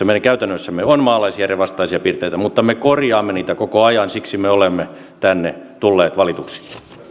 meidän käytännössämme on maalaisjärjen vastaisia piirteitä mutta me korjaamme niitä koko ajan siksi me olemme tänne tulleet valituiksi